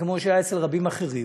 כמו שהיה אצל רבים אחרים,